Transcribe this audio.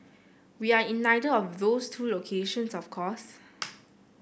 we are in neither of those two locations of course